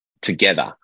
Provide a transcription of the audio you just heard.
together